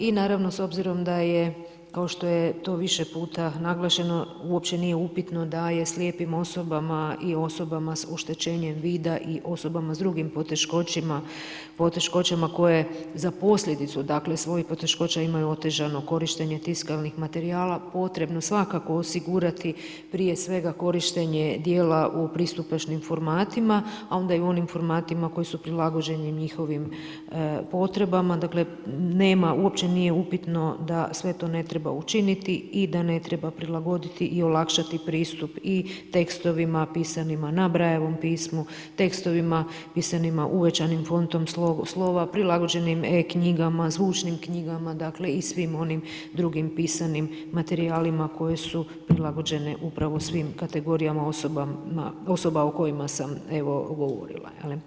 I naravno s obzirom da je, kao što je to više naglašeno, uopće nije upitno da je slijepim osobama i osobama s oštećenjem vida i osobama s drugim poteškoćama koje za posljedicu svojih poteškoća imaju otežano korištenje korištenje tiskovnih materijala potrebno svakako osigurati prije svega korištenje djela u pristupačnim formatima, a onda i onim formatima koji su prilagođeni njihovim potrebama, dakle nema uopće nije upitno da sve to ne treba učiniti i da ne treba prilagoditi i olakšati pristup i tekstovima pisanima na Brailleovom pismu, tekstovima pisanima uvećanim fontom slova, prilagođenim e knjigama, zvučnim knjigama i svim onim drugim pisanim materijalima koji su prilagođene upravo svim kategorijama osoba o kojima sam govorila.